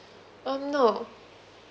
um no